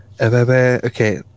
Okay